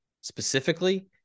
specifically